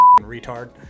retard